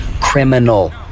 criminal